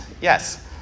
Yes